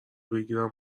بگیرم